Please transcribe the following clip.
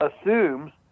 assumes